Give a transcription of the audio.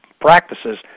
practices